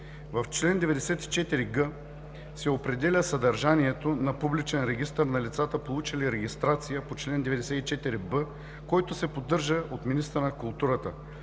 В чл. 94г се определя съдържанието на Публичен регистър на лицата, получили регистрация по чл. 94б, който се поддържа от министъра на културата.